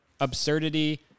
absurdity